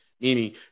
meaning